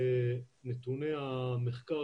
נתוני המחקר,